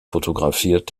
fotografiert